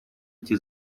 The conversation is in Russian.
эти